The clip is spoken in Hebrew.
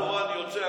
גם השר התורן יוצא.